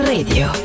Radio